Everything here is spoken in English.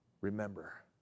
remember